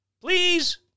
Please